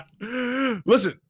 Listen